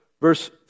verse